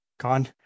gone